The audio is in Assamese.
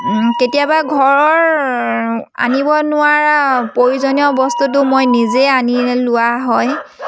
কেতিয়াবা ঘৰৰ আনিব নোৱাৰা প্ৰয়োজনীয় বস্তুটো মই নিজেই আনি লোৱা হয়